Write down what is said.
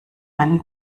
einen